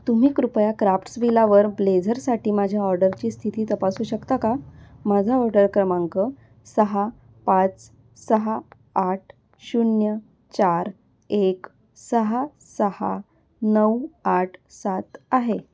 तुम्ही कृपया क्राप्ट्स विलावर ब्लेझरसाठी माझ्या ऑर्डरची स्थिती तपासू शकता का माझा ऑर्डर क्रमांक सहा पाच सहा आठ शून्य चार एक सहा सहा नऊ आठ सात आहे